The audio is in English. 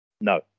No